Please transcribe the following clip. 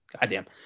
Goddamn